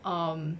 mm